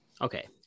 Okay